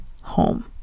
home